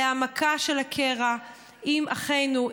להעמקה של הקרע עם אחינו,